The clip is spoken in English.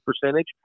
percentage